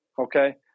okay